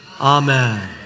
Amen